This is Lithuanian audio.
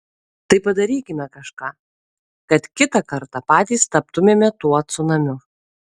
tai padarykime kažką kad kitą kartą patys taptumėme tuo cunamiu